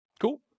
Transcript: Cool